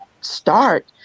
start